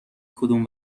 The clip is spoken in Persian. کدوم